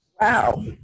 wow